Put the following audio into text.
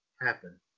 happen